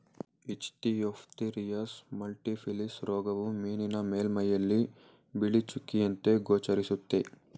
Ichthyophthirius multifiliis ರೋಗವು ಮೀನಿನ ಮೇಲ್ಮೈಯಲ್ಲಿ ಬಿಳಿ ಚುಕ್ಕೆಯಂತೆ ಗೋಚರಿಸುತ್ತೆ